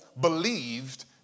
believed